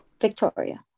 Victoria